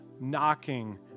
knocking